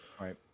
Right